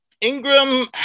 Ingram